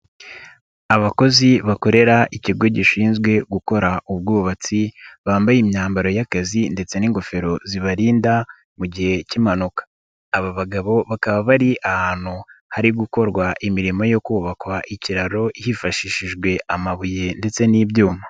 Abakozi bakorera ikigo gishinzwe gukora ubwubatsi, bambaye imyambaro y'akazi ndetse n'ingofero zibarinda mu gihe cy'impanuka. Aba bagabo bakaba bari ahantu hari gukorwa imirimo yo kubakwa ikiraro, hifashishijwe amabuye ndetse n'ibyuma.